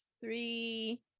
three